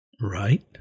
right